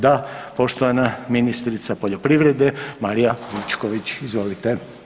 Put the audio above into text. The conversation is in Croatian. Da, poštovana ministrica poljoprivrede Marija Vučković, izvolite.